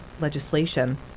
legislation